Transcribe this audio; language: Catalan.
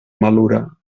malura